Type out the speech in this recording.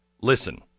Listen